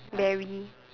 Barry